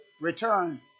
return